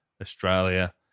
Australia